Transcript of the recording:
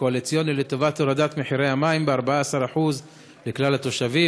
הקואליציוני לטובת הורדת מחירי המים ב-14% לכלל התושבים.